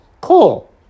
cool